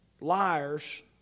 liars